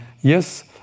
yes